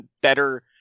better